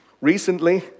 Recently